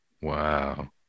Wow